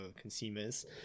consumers